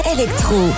Electro